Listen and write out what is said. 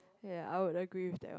ya I would agree with that one